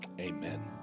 Amen